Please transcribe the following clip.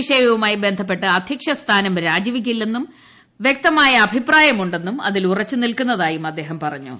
വിഷയവുമായി ബന്ധപ്പെട്ട് അധ്യക്ഷ സ്ഥാനം രാജിവയ്ക്കില്ലെന്നും വൃക്തമായ അഭിപ്രായമുണ്ടെന്നും അതിൽ ഉറച്ച് നിൽക്കുന്നതായും അദ്ദേഹം പറഞ്ഞു